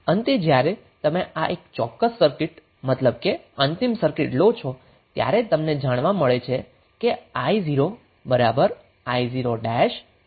આમ અંતે જ્યારે તમે આ એક ચોક્કસ સર્કિટ મતલબ કે અંતિમ સર્કિટ લો છે ત્યારે તમને જાણવા મળે છે કે i0 i0 i0 થાય છે